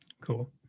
Cool